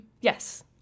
Yes